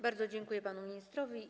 Bardzo dziękuję panu ministrowi.